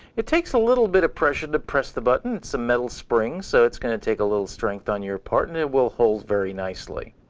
it takes a little bit of pressure to the button. it's a metal spring, so it's going to take a little strength on your part, and it will hold very nicely.